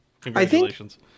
Congratulations